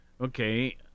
Okay